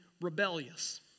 rebellious